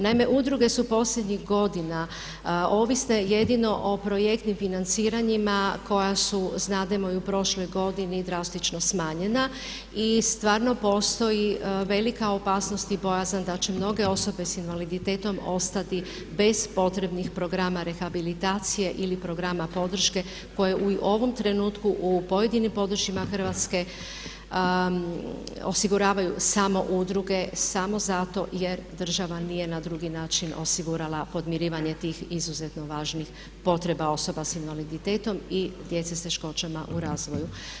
Naime, udruge su posljednjih godina ovisne jedino o projektnim financiranjima koja su znademo i u prošloj godini drastično smanjena i stvarno postoji velika opasnost i bojazan da će mnoge osobe s invaliditetom ostati bez potrebnih programa rehabilitacije ili programa podrške koje u ovom trenutku u pojedinim područjima Hrvatske osiguravaju samo udruge samo zato jer država nije na drugi način osigura podmirivanje tih izuzetno važnih potreba osoba s invaliditetom i djece s teškoćama u razvoju.